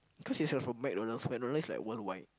cause it's like from McDonald's McDonald's is like world wide